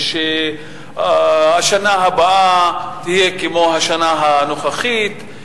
שהשנה הבאה תהיה כמו השנה הנוכחית,